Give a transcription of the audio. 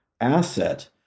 asset